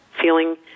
feeling